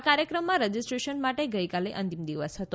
આ કાર્યક્રમમાં રજીસ્ટ્રેશન માટે ગઈકાલે અંતિમ દિવસ હતો